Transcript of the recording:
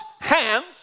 hands